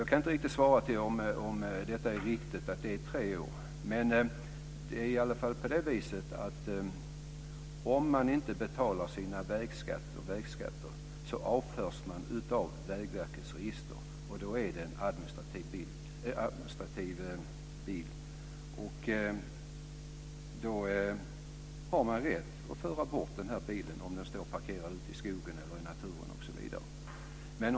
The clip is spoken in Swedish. Jag vet inte om uppgiften om tre år är riktig, men det är i alla fall så att den som inte betalar sin vägskatt avförs från Vägverkets register. Bilen blir då en administrativ bil, och man får då rätt att föra bort den om den står uppställd t.ex. ute i naturen.